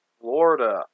Florida